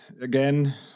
again